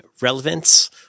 relevance